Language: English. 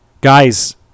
Guys